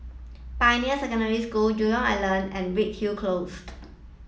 Pioneer Secondary School Jurong Island and Redhill Close